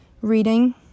reading